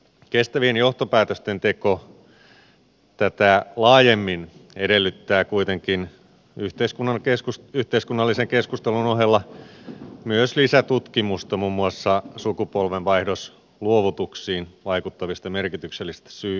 kestävien johtopäätösten teko tätä laajemmin edellyttää kuitenkin yhteiskunnallisen keskustelun ohella myös lisätutkimusta muun muassa sukupolvenvaihdosluovutuksiin vaikuttavista merkityksellisistä syyseuraus suhteista